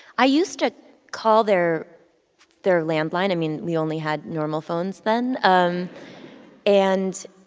i used to call their their landline. i mean, we only had normal phones then um and